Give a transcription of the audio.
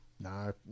no